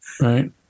Right